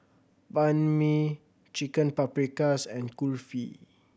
Banh Mi Chicken Paprikas and Kulfi